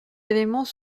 éléments